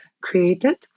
created